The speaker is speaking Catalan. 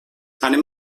anem